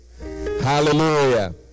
Hallelujah